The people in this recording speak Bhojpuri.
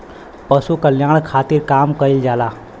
पशु कल्याण खातिर काम कइल जाला